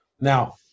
Now